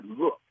look